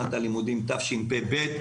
שנת הלימודים תשפ"ב.